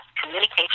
communication